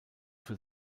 für